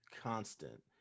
constant